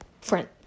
friend